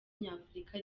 nyafurika